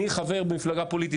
אני חבר במפלגה פוליטית,